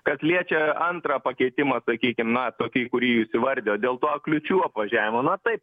kas liečia antrą pakeitimą sakykim na tokį kurį jis įvardijo dėl to kliūčių apvažiavimo na taip